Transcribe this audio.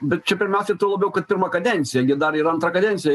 bet čia pirmiausia tuo labiau kad pirma kadencija gi dar ir antra kadencija